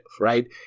right